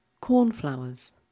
Cornflowers